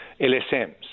LSMs